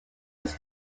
his